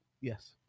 Yes